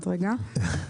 מבצעית.